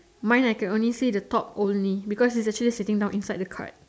mine I can only see the top only because is actually seating down inside the cart